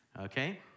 okay